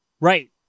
Right